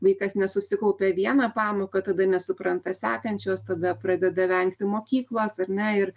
vaikas nesusikaupia vieną pamoką tada nesupranta sekančios tada pradeda vengti mokyklos ar ne ir